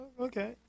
Okay